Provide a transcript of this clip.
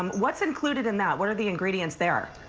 um what is included in that? what are the ingredients there?